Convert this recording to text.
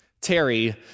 Terry